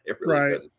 Right